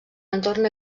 entorn